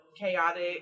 chaotic